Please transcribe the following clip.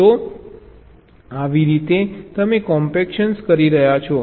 તો આવી રીતે તમે કોમ્પેક્શન કરી રહ્યા છો